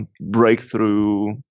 breakthrough